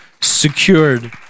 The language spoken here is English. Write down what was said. secured